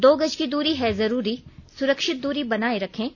दो गज की दूरी है जरूरी सुरक्षित दूरी बनाए रखें